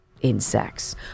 Insects